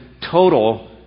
total